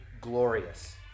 glorious